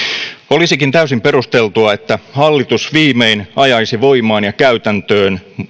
olisikin täysin perusteltua että hallitus viimein ajaisi voimaan ja käytäntöön